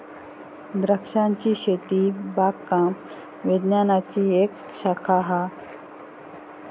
द्रांक्षांची शेती बागकाम विज्ञानाची एक शाखा हा